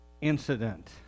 incident